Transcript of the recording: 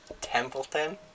Templeton